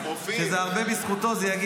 זה הרבה בזכותו,